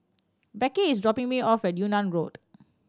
Becky is dropping me off at Yunnan Road